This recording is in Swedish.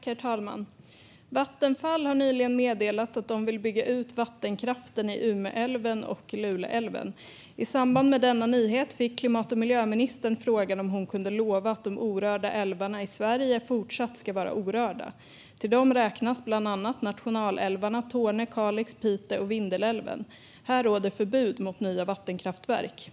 Herr talman! Vattenfall har nyligen meddelat att de vill bygga ut vattenkraften i Umeälven och Luleälven. I samband med denna nyhet fick klimat och miljöministern frågan om hon kunde lova att de orörda älvarna i Sverige även fortsättningsvis ska vara orörda. Till dem räknas bland andra nationalälvarna Torne älv, Kalix älv, Pite älv och Vindelälven. Där råder förbud mot nya vattenkraftverk.